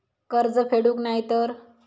कर्ज फेडूक नाय तर?